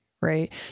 right